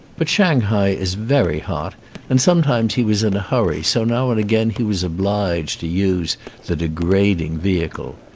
but shanghai is very hot and sometimes he was in a hurry so now and again he was obliged to use the degrading vehicle.